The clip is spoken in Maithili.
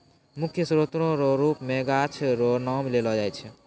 मुख्य स्रोत रो रुप मे गाछ रो नाम लेलो जाय छै